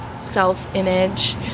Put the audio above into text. self-image